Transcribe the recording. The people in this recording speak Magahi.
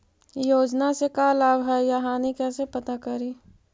योजना से का लाभ है या हानि कैसे पता करी?